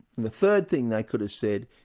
and the third thing they could have said,